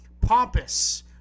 pompous